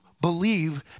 believe